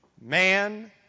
Man